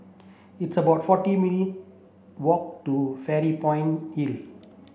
it's about forty walk to Fairy Point